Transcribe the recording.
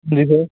ਜੀ ਸਰ